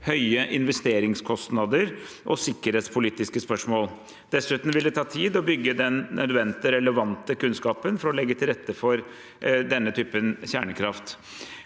høye investeringskostnader og sikkerhetspolitiske spørsmål. Dessuten vil det ta tid å bygge den relevante kunnskapen for å legge til rette for denne typen kjernekraft.